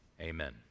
amen